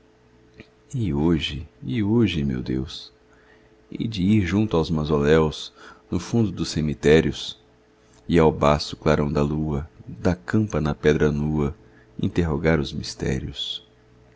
as vagas e hoje e hoje meu deus hei de ir junto aos mausoléus no fundo dos cemitérios e ao baço clarão da lua da campa na pedra nua interrogar os mistérios